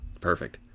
Perfect